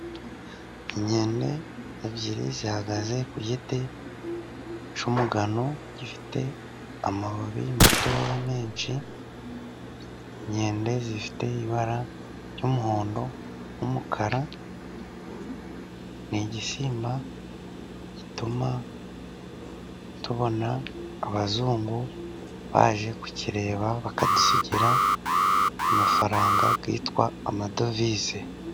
Inkende ebyiri zihagaze ku giti cy'umugano, gifite amababi matoya menshi, inkende zifite ibara ry'umuhondo n'umukara, ni igisimba gituma tubona abazungu baje kukireba, bakadusigira amafaranga yitwa amadovize.